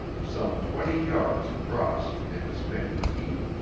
some twenty yards across and as many deep.